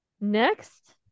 Next